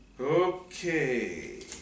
Okay